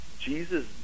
Jesus